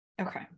Okay